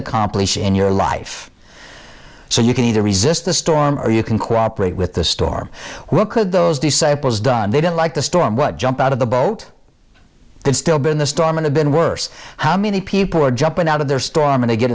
accomplish in your life so you can either resist the storm or you can cooperate with the storm what could those disciples done they didn't like the storm but jump out of the boat and still be in the storm in the been worse how many people are jumping out of their storm in to get